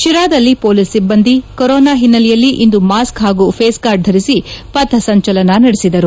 ಶಿರಾದಲ್ಲಿ police ಸಿಬ್ಬಂದಿ corona ಹಿನ್ನೆಲೆಯಲ್ಲಿ ಇಂದು ಮಾಸ್ಕ್ ಹಾಗೂ ಫೇಸ್ ಗಾರ್ಡ್ ಧರಿಸಿ ಪಥ ಸಂಚಲನ ನಡೆಸಿದರು